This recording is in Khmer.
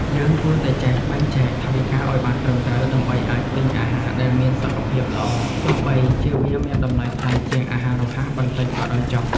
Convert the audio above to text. យើងគួរតែចេះបែងចែកថវិកាឲ្យបានត្រឹមត្រូវ ដើម្បីអាចទិញអាហារដែលមានសុខភាពល្អទោះបីជាវាមានតម្លៃថ្លៃជាងអាហាររហ័សបន្តិចក៏ដោយចុះ។